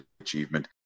achievement